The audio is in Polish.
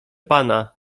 pana